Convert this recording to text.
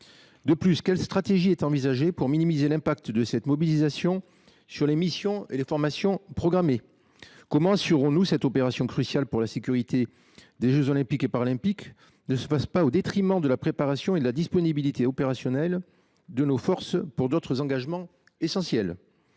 De plus, quelle stratégie est envisagée pour minimiser les conséquences de cette mobilisation sur les missions et les formations programmées ? Comment nous assurerons nous que cette opération cruciale pour la sécurité des jeux Olympiques et Paralympiques ne se fasse pas au détriment de la préparation et de la disponibilité opérationnelle de nos forces pour d’autres engagements essentiels